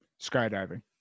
Skydiving